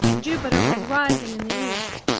jupiter was rising in the east.